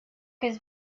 his